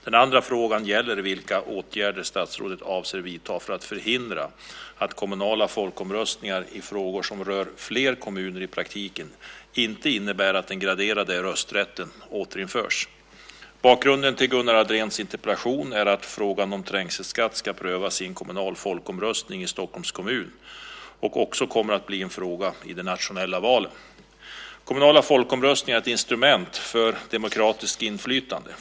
Den andra frågan gäller vilka åtgärder statsrådet avser att vidta för att förhindra att kommunala folkomröstningar i frågor som rör fler kommuner i praktiken inte innebär att den graderade rösträtten återinförs. Bakgrunden till Gunnar Andréns interpellation är att frågan om trängselskatt ska prövas i en kommunal folkomröstning i Stockholms kommun och också kommer att bli en fråga i de nationella valen. Kommunala folkomröstningar är ett instrument för demokratiskt inflytande.